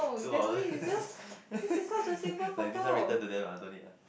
two hours like this one return to them ah don't need ah